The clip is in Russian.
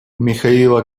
михаила